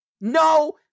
no